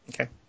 Okay